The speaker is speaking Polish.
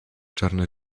czarne